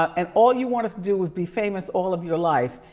and all you wanna to do was be famous all of your life?